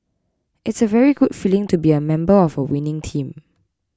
it's a very good feeling to be a member of a winning team